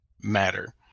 matter